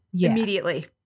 immediately